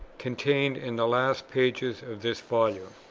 contained in the last pages of this volume.